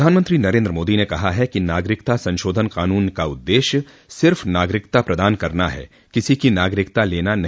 प्रधानमंत्री नरेन्द्र मोदी ने कहा है कि नागरिकता संशोधन कानून का उददेश्य सिर्फ़ नागरिकता प्रदान करना है किसी की नागरिकता लेना नहीं